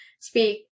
speak